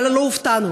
אבל לא הופתענו,